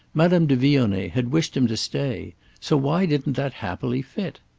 madame de vionnet had wished him to stay so why didn't that happily fit?